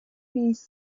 piece